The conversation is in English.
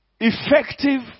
effective